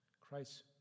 Christ